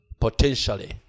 potentially